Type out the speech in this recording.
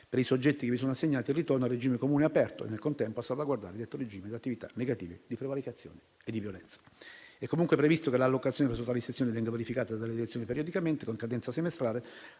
per i soggetti che vi sono assegnati, il ritorno al regime comune aperto e, nel contempo, a salvaguardare detto regime da attività negative di prevaricazioni e violenza. È comunque previsto che l'allocazione presso tali sezioni venga verificata dalle direzioni periodicamente, con cadenza semestrale,